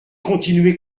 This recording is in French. continuer